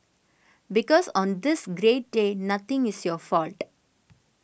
because on this great day nothing is your fault